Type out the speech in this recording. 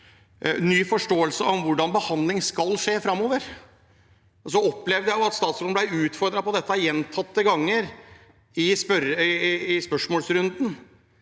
ny forståelse om hvordan behandling skal skje framover. Jeg opplevde at statsråden ble utfordret på dette gjentatte ganger i spørsmålsrunden,